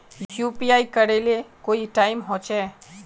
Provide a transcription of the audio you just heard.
UPI करे ले कोई टाइम होचे?